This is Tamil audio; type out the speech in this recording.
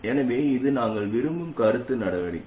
எனவே இது நாங்கள் விரும்பும் கருத்து நடவடிக்கை